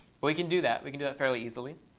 we can do that. we can do that fairly easily.